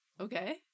okay